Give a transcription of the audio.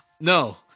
No